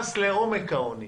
נכנס פה לעומק העוני,